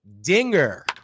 dinger